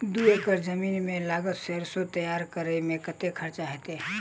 दू एकड़ जमीन मे लागल सैरसो तैयार करै मे कतेक खर्च हेतै?